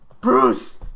Bruce